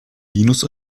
minus